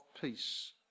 peace